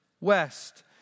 west